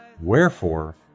Wherefore